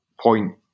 point